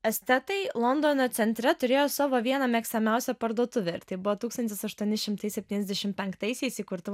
estetai londono centre turėjo savo vieną mėgstamiausią parduotuvę ir tai buvo tūkstantis aštuoni šimtai septyniasdešim penktaisiais įkurta